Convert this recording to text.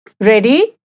ready